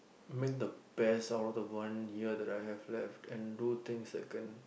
make the best out of the one year that I have left and do things that can